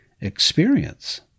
experience